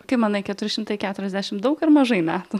kaip manai keturi šimtai keturiasdešim daug ar mažai metų